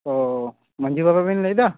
ᱳᱻ ᱢᱟᱺᱡᱷᱤ ᱵᱟᱵᱟᱵᱤᱱ ᱞᱟ ᱭ ᱮᱫᱟ